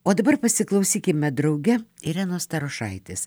o dabar pasiklausykime drauge irenos starošaitės